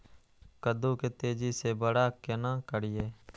कद्दू के तेजी से बड़ा केना करिए?